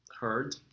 heard